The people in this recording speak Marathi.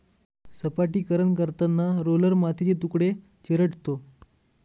सपाटीकरण करताना रोलर मातीचे तुकडे चिरडतो